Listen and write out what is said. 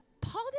Paul